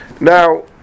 now